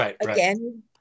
again